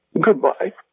Goodbye